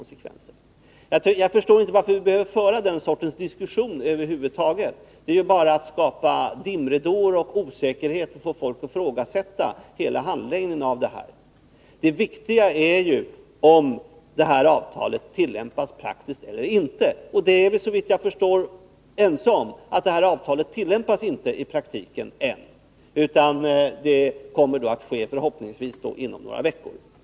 Jag förstår inte varför vi behöver föra den sortens diskussion över huvud taget. Det är ju bara att skapa dimridåer och osäkerhet och få folk att ifrågasätta hela handläggningen. Det viktiga är ju om avtalet tillämpas praktiskt eller inte. Vi är, såvitt jag förstår, ense om att avtalet ännu inte tillämpas i praktiken men att det förhoppningsvis kommer att tillämpas inom några veckor.